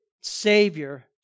Savior